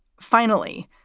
finally,